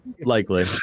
Likely